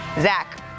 Zach